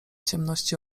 ciemności